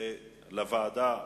לוועדה,